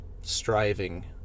striving